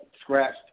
scratched